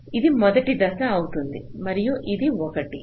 ఇది మొదటి దశ అవుతుంది మరియు ఇది 1